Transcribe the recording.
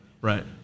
Right